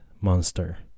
monster